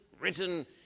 written